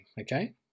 okay